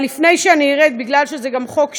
אבל לפני שאני ארד, מכיוון שזה גם חוק שלי,